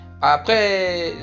après